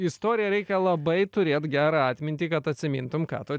istorija reikia labai turėt gerą atmintį kad atsimintum ką tu